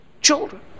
children